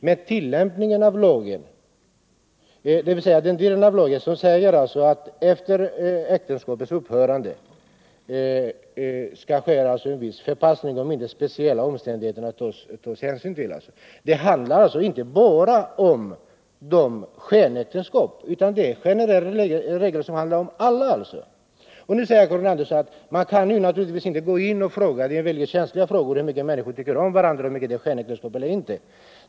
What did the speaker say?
Men tillämpningen av lagen — jag tänker särskilt på den del av lagen som säger att efter äktenskapets upphörande skall förpassning ske om det inte finns speciella omständigheter att ta hänsyn till — gäller inte bara skenäktenskapen utan alla. Karin Andersson säger att man inte kan avgöra hur mycket människor tycker om varandra, huruvida det är fråga om ett skenäktenskap eller inte.